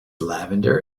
lavender